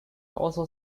also